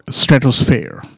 stratosphere